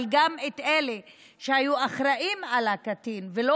אבל גם את אלה שהיו אחראים לקטין ולא